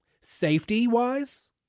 Safety-wise